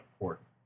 important